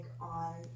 on